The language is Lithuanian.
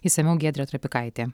išsamiau giedrė trapikaitė